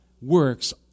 works